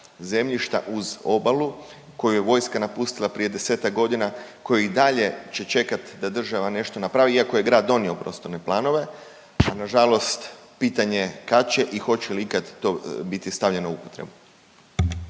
zemljišta uz obalu koju je vojska napustila prije 10-ak godina koji i dalje će čekat da država nešto napravi iako je grad donio prostorne planove, ali na žalost pitanje je kad će i hoće li ikad to biti stavljeno u upotrebu.